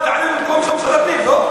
תענה במקום משרד הפנים, לא?